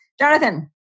Jonathan